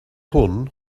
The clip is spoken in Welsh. hwn